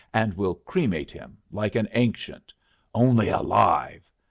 and we'll cremate him like an ancient only alive!